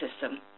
system